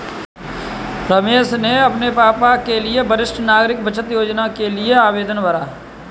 रमेश ने अपने पापा के लिए वरिष्ठ नागरिक बचत योजना के लिए आवेदन भरा